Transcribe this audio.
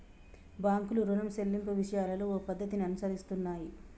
బాంకులు రుణం సెల్లింపు విషయాలలో ఓ పద్ధతిని అనుసరిస్తున్నాయి